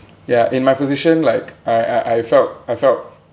ya in my position like I I I felt I felt